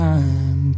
Time